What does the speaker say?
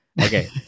Okay